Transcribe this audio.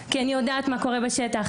כי אני יודעת מה קורה בשטח.